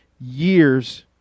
years